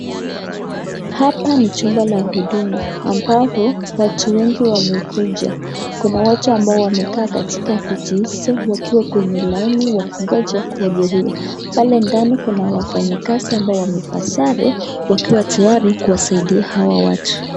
Hapa ni jumba ya huduma, ambapo watu wengi wamekuja, kuna watu ambao wamekaa katika viti wakiwa kwenye laini wakingoja kuhudumiwa, pale ndani kuna wafanyikazi ambao wamevaa sare wakiwa tayari kuwasaidia hawa watu.